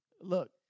Look